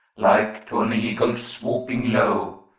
like to an eagle swooping low,